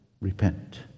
repent